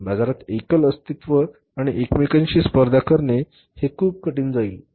बाजारात एकल अस्तित्व आणि एकमेकांशी स्पर्धा करणे हे खूप कठीण जाईल